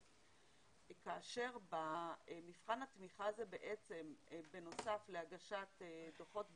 כאשר במבחן התמיכה הזה בנוסף להגשת דוחות ביצוע,